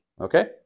Okay